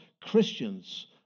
Christians